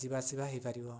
ଯିବା ଆସିବା ହେଇପାରିବ